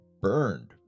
Burned